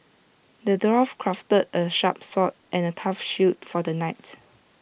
the dwarf crafted A sharp sword and A tough shield for the knight